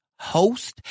host